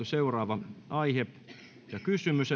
seuraava aihe ja kysymys